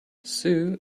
sue